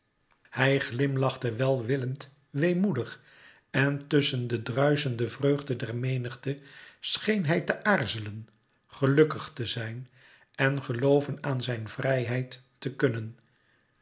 hij glimlachte welwillend weemoedig en tusschen de druischende vreugde der menigte scheen hij te aarzelen gelukkig te zijn en gelooven aan zijn vrijheid te kunnen